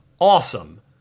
awesome